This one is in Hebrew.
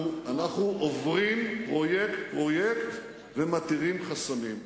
אנחנו עוברים פרויקט-פרויקט ומתירים חסמים.